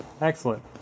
Excellent